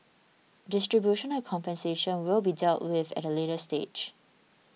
distribution of the compensation will be dealt with at a later stage